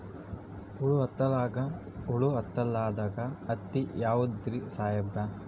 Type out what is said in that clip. ಹುಳ ಹತ್ತಲಾರ್ದ ಹತ್ತಿ ಯಾವುದ್ರಿ ಸಾಹೇಬರ?